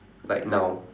like now